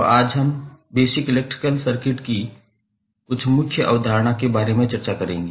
तो आज हम बेसिक इलेक्ट्रिकल सर्किट की कुछ मुख्य अवधारणा के बारे में चर्चा करेंगे